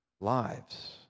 lives